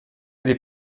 dei